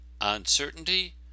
uncertainty